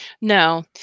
No